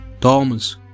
Thomas